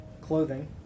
clothing